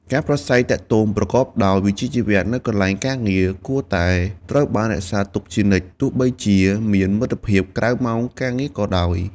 ការប្រាស្រ័យទាក់ទងប្រកបដោយវិជ្ជាជីវៈនៅកន្លែងការងារគួរតែត្រូវបានរក្សាទុកជានិច្ច ទោះបីជាមានមិត្តភាពក្រៅម៉ោងការងារក៏ដោយ។